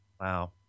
Wow